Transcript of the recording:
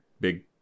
big